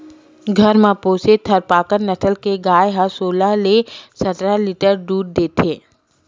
घर म पोसे थारपकर नसल के गाय ह सोलह ले सतरा लीटर दूद देथे